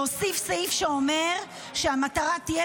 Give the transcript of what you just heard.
להוסיף סעיף שאומר שהמטרה תהיה,